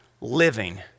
living